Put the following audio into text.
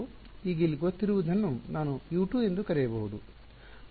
ಈಗ ಇಲ್ಲಿ ಗೊತ್ತಿಲ್ಲದಿರುವುದನ್ನು ನಾನು U2 ಎಂದು ಕರೆಯಬಹುದು